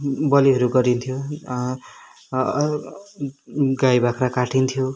बलिहरू गरिन्थ्यो गाई बाख्रा काटिन्थ्यो